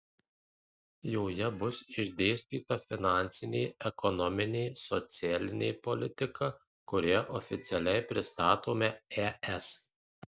joje bus išdėstyta finansinė ekonominė socialinė politika kurią oficialiai pristatome es